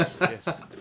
yes